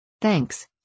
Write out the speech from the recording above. Thanks